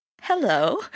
Hello